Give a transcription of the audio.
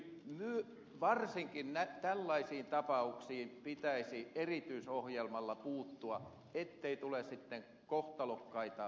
eikö varsinkin tällaisiin tapauksiin pitäisi erityisohjelmalla puuttua ettei tule sitten kohtalokkaita seuraamuksia